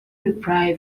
reply